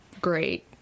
great